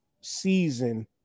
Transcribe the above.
season